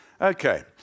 Okay